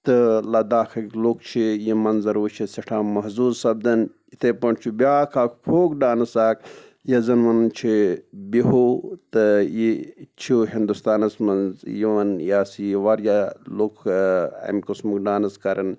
تہٕ لَداخٕکۍ لُکھ چھِ یہِ مَنظر وٕچھِتھ سٮ۪ٹھاہ محزوٗز سَپدان یِتھَے پٲٹھۍ چھُ بیٛاکھ اَکھ فوک ڈانٕس اَکھ یَتھ زَن وَنان چھِ بِہوٗ تہٕ یہِ چھُ ہِندُستانَس منٛز یِوان یَس یہِ واریاہ لُکھ اَمہِ قٕسمُک ڈانٕس کَران